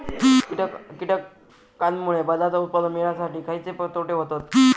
कीटकांनमुळे पदार्थ उत्पादन मिळासाठी खयचे तोटे होतत?